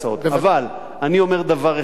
אבל אני אומר דבר אחד: